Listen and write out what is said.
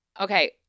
Okay